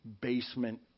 basement